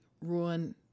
ruin